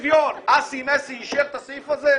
אסי מסינג אישר את הסעיף הזה?